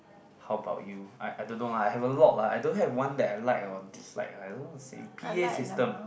how about you I I don't know lah I have a log lah I don't have one that I like or dislike lah I don't know the same p_a system